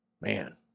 man